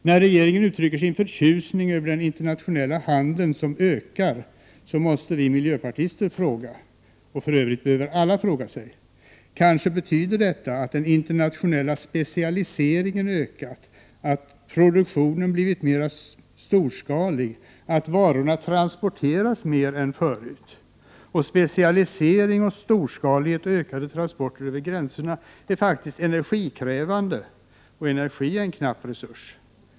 När regeringen uttrycker sin förtjusning över att den internationella handeln har ökat, måste vi miljöpartister fråga oss — och för övrigt behöver alla fråga sig: — detta betyder kanske att den internationella specialiseringen ökat, att produktionen blivit mer storskalig och att varorna transporteras mer än förut? Specialisering, storskalighet och ökade transporter över gränserna är faktiskt energikrävande, och energi är en knapp resurs.